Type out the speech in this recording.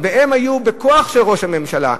והם היו בכוח של ראש הממשלה,